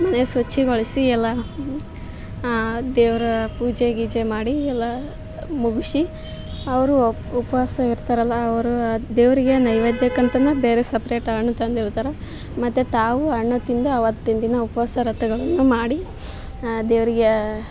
ಮನೆ ಶುಚಿಗೊಳಿಸಿ ಎಲ್ಲ ದೇವರ ಪೂಜೆ ಗೀಜೆ ಮಾಡಿ ಎಲ್ಲ ಮುಗಿಶಿ ಅವರು ಉಪವಾಸ ಇರ್ತಾರಲ್ವ ಅವರೂ ದೇವರಿಗೆ ನೈವೇದ್ಯಕ್ಕಂತನೇ ಬೇರೆ ಸಪ್ರೇಟ್ ಹಣ್ ತಂದಿರ್ತಾರೆ ಮತ್ತು ತಾವೂ ಹಣ್ಣು ತಿಂದು ಅವತ್ತಿನ ದಿನ ಉಪವಾಸ ವ್ರತಗಳನ್ನು ಮಾಡಿ ದೇವರಿಗೆ